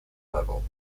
level